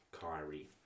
Kyrie